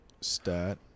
stat